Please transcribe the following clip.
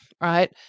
right